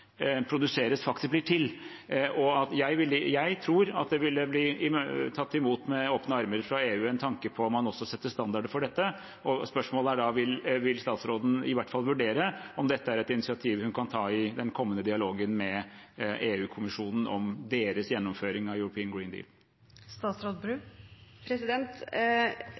produseres, faktisk blir til. Jeg tror en tanke om at man også setter standarder for dette, ville blitt tatt imot med åpne armer av EU. Spørsmålet er da: Vil statsråden i hvert fall vurdere om dette er et initiativ hun kan ta i den kommende dialogen med EU-kommisjonen om deres gjennomføring av European Green